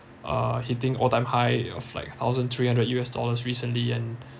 uh hitting all time high of like thousand three hundred U_S dollars recently and